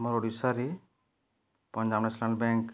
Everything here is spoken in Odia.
ମୋର ଓଡ଼ିଶାରେ ପଞ୍ଜାବ ନ୍ୟାସନାଲ୍ ବ୍ୟାଙ୍କ